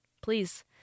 please